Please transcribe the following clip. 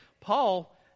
Paul